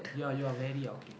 ya you're very outdated